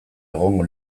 egongo